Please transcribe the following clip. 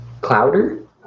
Clouder